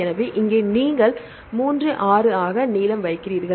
எனவே இங்கே நீங்கள் 3 6 ஆக நீளம் வைத்திருக்கிறீர்கள்